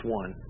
one